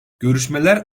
görüşmeler